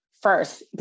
first